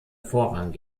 vorrang